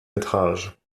métrages